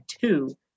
two